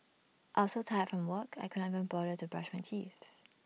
I was so tired from work I could not even bother to brush my teeth